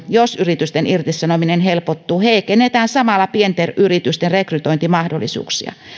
jos yritysten irtisanominen helpottuu heikennetään samalla pienten yritysten rekrytointimahdollisuuksia